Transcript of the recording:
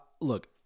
look